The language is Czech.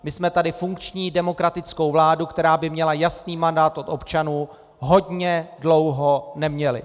My jsme tady funkční demokratickou vládu, která by měla jasný mandát od občanů, hodně dlouho neměli.